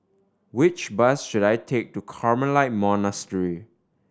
which bus should I take to Carmelite Monastery